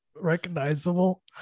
Recognizable